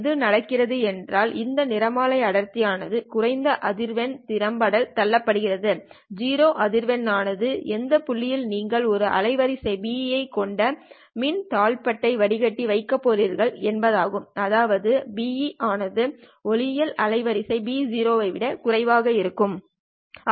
என்ன நடக்கிறது என்றால் இந்த நிறமாலை அடர்த்தி ஆனது குறைந்த அதிர்வெண் திறம்பட தள்ளப்படுகிறது 0 அதிர்வெண் ஆனது எந்த புள்ளியில் நீங்கள் ஒரு அலைவரிசை Be ஐ கொண்ட மின் தாழ்பட்டை வடிகட்டி வைக்கப் போகிறீர்கள் என்பதாகும் அதாவது Be ஆனது ஒளியியல் அலைவரிசை Bo விட குறைவாக இருக்க வேண்டும்